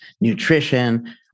nutrition